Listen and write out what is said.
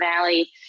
Valley